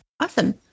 Awesome